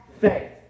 faith